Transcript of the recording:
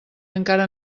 encara